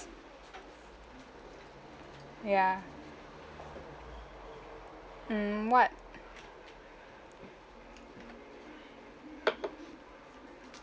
ya mm what